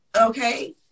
okay